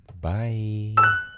Bye